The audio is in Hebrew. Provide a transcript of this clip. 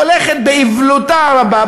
הולכת באיוולתה הרבה,